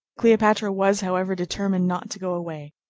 cleopatra was, however, determined not to go away.